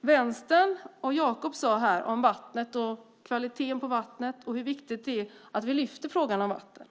Vänstern och Jacob sade om vattnet och kvaliteten på vattnet och hur viktigt det är att lyfta upp frågan om vattnet.